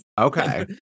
okay